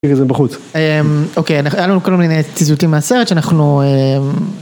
בחוץ. אוקיי היה לנו כל מיני ציטוטים מהסרט שאנחנו...